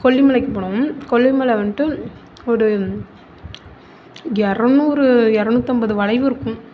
கொல்லிமலைக்கு போனோம் கொல்லிமலை வந்துட்டு ஒரு இரநூறு இரநூத்தம்பது வளைவு இருக்கும்